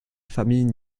famille